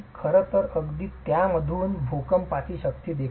खरं तर अगदी मध्यम भूकंपाची शक्ती देखील